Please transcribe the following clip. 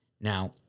Now